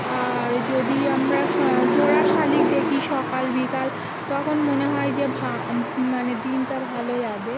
আর যদি আমরা সা জোড়া শালিক দেখি সকাল বিকাল তখন মনে হয় যে ভা মানে দিনটা ভালো যাবে